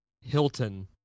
Hilton